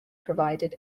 provided